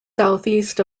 southeast